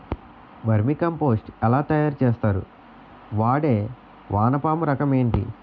Vermi compost ఎలా తయారు చేస్తారు? వాడే వానపము రకం ఏంటి?